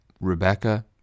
Rebecca